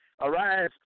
arise